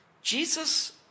Jesus